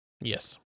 Yes